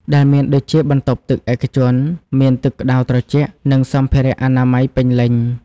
ដែលមានដូចជាបន្ទប់ទឹកឯកជន មានទឹកក្តៅត្រជាក់ និងសម្ភារៈអនាម័យពេញលេញ។